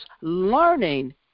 learning